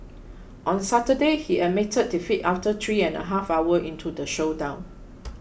on Saturday he admitted defeat after three and a half hour into the showdown